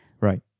Right